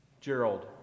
Gerald